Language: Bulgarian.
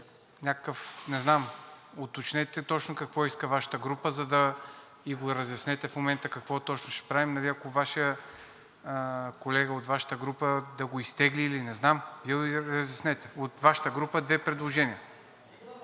Уточнете точно какво иска Вашата група и ни го разяснете в момента какво точно ще правим. Вашият колега от Вашата група да го изтегли или не знам, Вие го разяснете. От Вашата група – две предложения?!